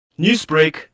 Newsbreak